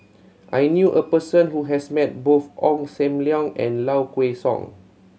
I knew a person who has met both Ong Sam Leong and Low Kway Song